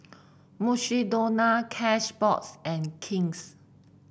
Mukshidonna Cashbox and King's